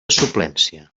suplència